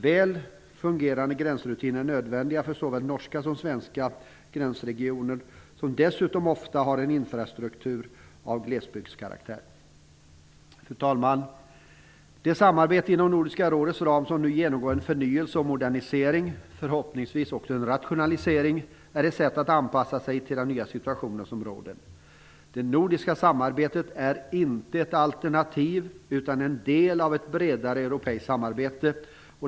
Väl fungerande gränsrutiner är nödvändiga för såväl norska som svenska gränsregioner, som dessutom ofta har en infrastruktur av glesbygdskaraktär. Fru talman! Det samarbete inom Nordiska rådets ram som nu genomgår en förnyelse och en modernisering, förhoppningsvis också en rationalisering, är ett sätt att anpassa sig till den nya situation som råder. Det nordiska samarbetet är inte ett alternativ utan en del av ett bredare europeiskt samarbete.